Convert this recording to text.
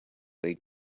they